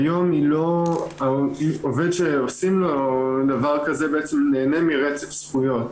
כיום עובד שעושים לו דבר כזה נהנה מרצף זכויות,